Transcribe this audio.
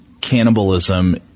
cannibalism